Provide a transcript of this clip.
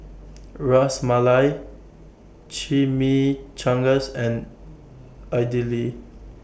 Ras Malai Chimichangas and Idili